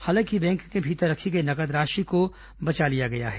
हालांकि बैंक के भीतर रखी गई नगद राशि को बचा लिया गया है